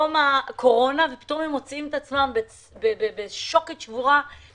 הקורונה ופתאום הם מוצאים את עצמם בלי אפשרות